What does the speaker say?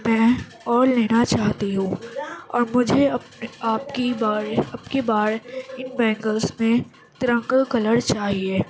میں اور لینا چاہتی ہوں اور مجھے اپنے آپ کی بار اب کی بار ان بینگلس میں ترنگا کلر چاہیے